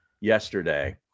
yesterday